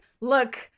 look